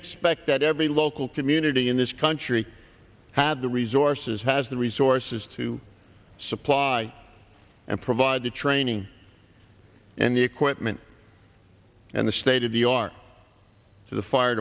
expect that every local community in this country have the resources has the resources to supply and provide the training and the equipment and the state of the art to the fire